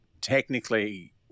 technically